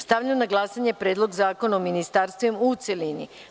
Stavljam na glasanje Predlog zakona o ministarstvima u celini.